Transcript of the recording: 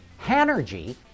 Hanergy